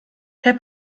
herr